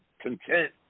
content